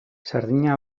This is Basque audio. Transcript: sardina